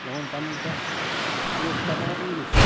بہٕ وَن پننٕۍ کَتھ سُہ اوس پَرناوان اِنگلِش